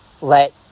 let